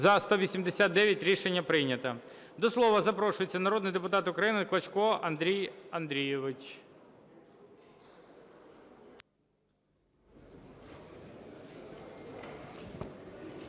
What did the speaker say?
За-189 Рішення прийнято. До слова запрошується народний депутат України Клочко Андрій Андрійович.